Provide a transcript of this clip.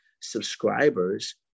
subscribers